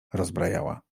rozbrajała